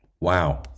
Wow